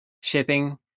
shipping